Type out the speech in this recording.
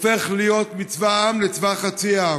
הופך להיות מצבא העם לצבא חצי העם.